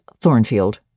Thornfield